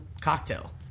cocktail